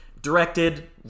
Directed